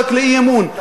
רק באי-אמון,